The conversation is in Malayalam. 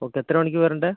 ഓക്കേ എത്ര മണിക്ക് വരേണ്ടത്